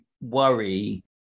worry